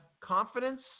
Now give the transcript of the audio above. confidence